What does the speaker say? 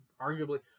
arguably